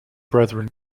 brethren